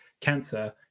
cancer